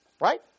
Right